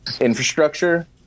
infrastructure